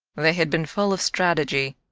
they had been full of strategy.